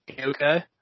okay